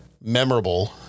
memorable